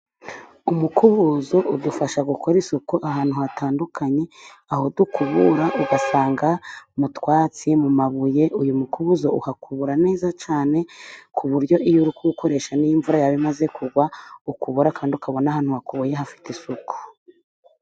Umukubuzo udufasha gukora isuku ahantu hatandukanye, aho dukubura ugasanga mu twatsi, mu mabuye, uyu mukubuzo uhakura neza cyane, ku buryo iyo uri gukoresha n'iyo imvura yaba imaze kugwa, ukubura kandi ukabona ahantu wakubuye hafite isuku.